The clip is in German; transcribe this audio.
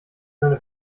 seine